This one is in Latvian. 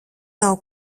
nav